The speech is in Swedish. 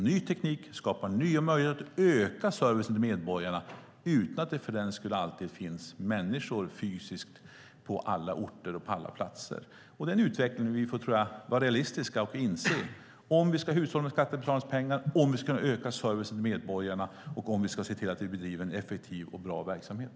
Ny teknik skapar nya möjligheter att öka servicen till medborgarna utan att det för den skull alltid finns människor fysiskt på alla orter och på alla platser. Det är en utveckling vi får vara realistiska och inse om vi ska hushålla med skattebetalarnas pengar, om vi ska öka servicen till medborgarna och om vi ska se till att vi bedriver en effektiv och bra verksamhet.